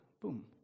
Boom